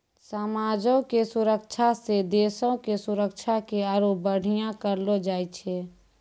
समाजो के सुरक्षा से देशो के सुरक्षा के आरु बढ़िया करलो जाय छै